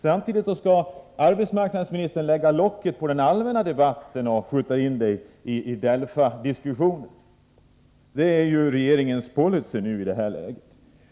Samtidigt skall arbetsmarknadsministern lägga locket på den allmänna debatten och skjuta över den på DELFA-diskussionen — det är ju regeringens policy i detta läge.